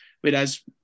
whereas